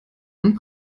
und